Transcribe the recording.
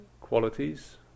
qualities